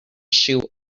shoe